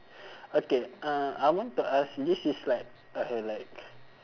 okay uh I want to ask this is like okay like